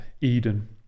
eden